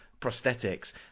prosthetics